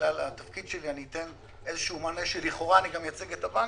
ובגלל התפקיד שלי אני אתן מענה שלכאורה אני מייצג גם את הבנקים,